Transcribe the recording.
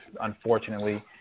Unfortunately